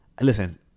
listen